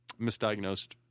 Misdiagnosed